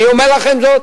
אני אומר לכם זאת,